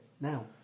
now